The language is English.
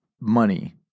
money